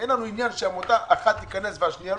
אין לנו עניין שעמותה אחת תיכנס ואחרת לא.